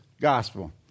gospel